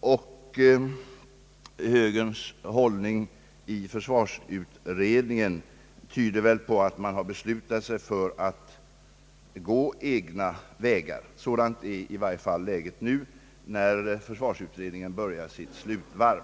och högerns inställning i försvarsutredningen tyder på att man har beslutat sig för att gå egna vägar; sådant är i varje fall läget nu, när försvarsutredningen börjar sitt slutvarv.